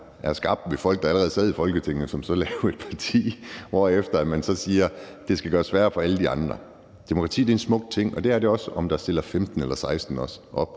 sværere, er folk, der allerede sad i Folketinget, og som så laver et nyt parti, hvorefter de så siger, at det skal gøres sværere for alle de andre. Demokrati er en smuk ting, og det er det også, hvis der stiller 15 eller 16